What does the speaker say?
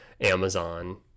Amazon